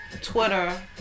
Twitter